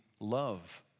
love